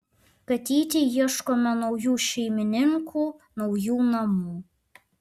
katytei ieškome naujų šeimininkų naujų namų